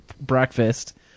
breakfast